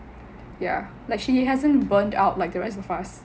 ya like she hasn't burnt out like the rest of us